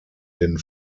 den